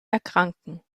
erkranken